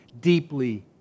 deeply